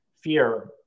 fear